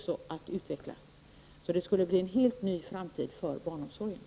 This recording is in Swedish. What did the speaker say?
Således skulle det innebära en helt ny framtid för barnomsorgen.